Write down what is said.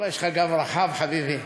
אבל יש לך גב רחב, חביבי.